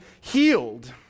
healed